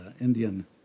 Indian